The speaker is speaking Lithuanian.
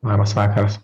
labas vakaras